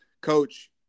Coach